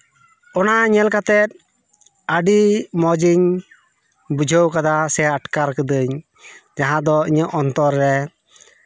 ᱚᱱᱟ ᱧᱮᱞ ᱠᱟᱛᱮᱫ ᱟᱹᱰᱤ ᱢᱚᱡᱤᱧ ᱵᱩᱡᱷᱟᱣ ᱠᱟᱫᱟ ᱥᱮ ᱟᱴᱠᱟᱨ ᱠᱟᱹᱫᱟᱹᱧ ᱡᱟᱦᱟᱸ ᱫᱚ ᱤᱧᱟᱹᱜ ᱚᱱᱛᱚᱨ ᱨᱮ